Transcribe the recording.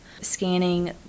scanning